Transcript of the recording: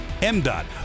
MDOT